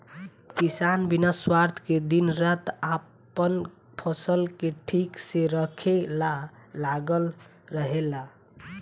किसान बिना स्वार्थ के दिन रात आपन फसल के ठीक से रखे ला लागल रहेला